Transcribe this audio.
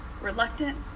Reluctant